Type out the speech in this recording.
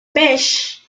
beş